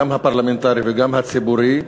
גם הפרלמנטרי וגם הציבורי,